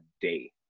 day